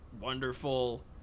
wonderful